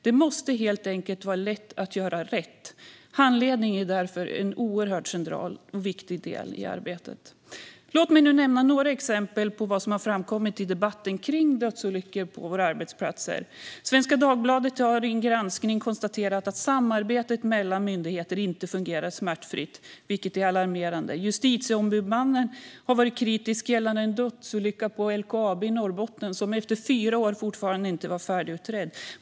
Det måste helt enkelt vara lätt att göra rätt. Handledning är därför en oerhört central och viktig del i arbetet. Låt mig nu nämna några exempel på vad som har framkommit i debatten om dödsolyckor på våra arbetsplatser. Svenska Dagbladet har i en granskning konstaterat att samarbetet mellan myndigheter inte fungerar smärtfritt, vilket är alarmerande. Justitieombudsmannen har varit kritisk gällande en dödsolycka på LKAB i Norrbotten, som efter fyra år fortfarande inte var färdigutredd.